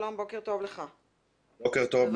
בוקר טוב.